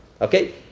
Okay